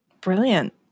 Brilliant